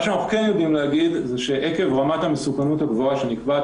אנחנו יודעים להגיד שעקב רמת המסוכנות הגבוהה שנקבעת